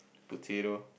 potato